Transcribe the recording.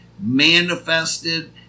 manifested